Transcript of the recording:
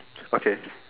okay